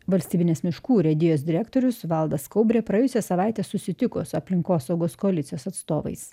valstybinės miškų urėdijos direktorius valdas kaubrė praėjusią savaitę susitiko su aplinkosaugos koalicijos atstovais